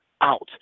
out